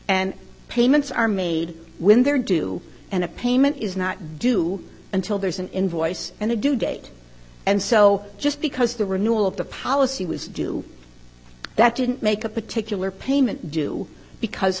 and payments are made when they're due and a payment is not due until there's an invoice and a due date and so just because the renewal of the policy was due that didn't make a particular payment due because